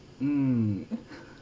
mm